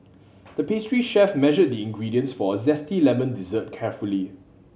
the pastry chef measured the ingredients for a zesty lemon dessert carefully